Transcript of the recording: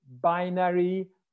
binary